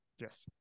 Yes